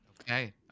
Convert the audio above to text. Okay